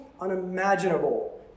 unimaginable